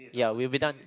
ya we will be done